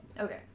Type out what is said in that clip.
Okay